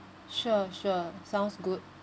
sure sure sounds good